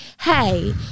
Hey